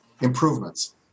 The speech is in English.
improvements